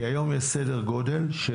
כי היום יש סדר גודל של